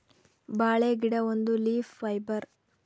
ಬಾಳೆ ಗಿಡ ಒಂದು ಲೀಫ್ ಫೈಬರ್